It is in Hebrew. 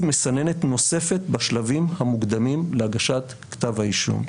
מסננת נוספת בשלבים המוקדמים להגשת כתב האישום.